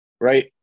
right